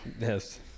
Yes